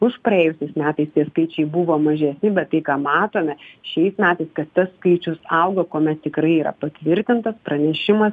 užpraėjusiais metais tie skaičiai buvo mažesni bet tai ką matome šiais metais kad tas skaičius auga kuomet tikrai yra patvirtintas pranešimas